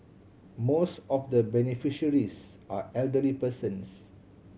most of the beneficiaries are elderly persons